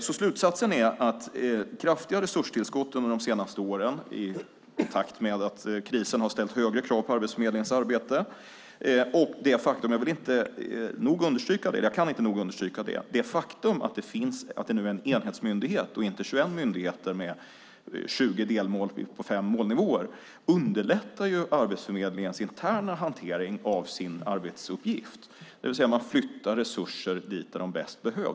Det har skett kraftiga resurstillskott under de senaste åren i takt med att krisen har ställt högre krav på Arbetsförmedlingens arbete. Jag kan dessutom inte nog understryka det faktum att det nu är en enhetsmyndighet, inte 21 myndigheter med 20 delmål på fem målnivåer, vilket underlättar Arbetsförmedlingens interna hantering av sin arbetsuppgift. Man flyttar resurser dit där de bäst behövs.